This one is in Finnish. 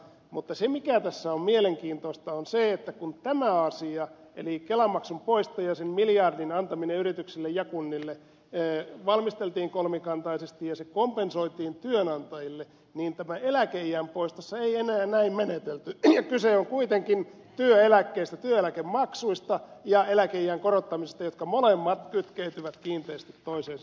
mutta se mikä tässä on mielenkiintoista on se että kun tämä asia eli kelamaksun poisto ja sen miljardin antaminen yrityksille ja kunnille valmisteltiin kolmikantaisesti ja se kompensoitiin työnantajille niin eläkeiän poistossa ei enää näin menetelty ja kyse on kuitenkin työeläkkeistä työeläkemaksuista ja eläkeiän korottamisesta jotka molemmat kytkeytyvät kiinteästi toisiinsa